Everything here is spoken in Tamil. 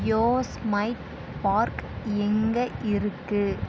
யோஸ்மைட் பார்க் எங்கே இருக்குது